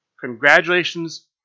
Congratulations